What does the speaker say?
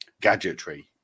gadgetry